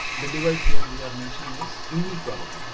the divide here we are mentioning is inequality,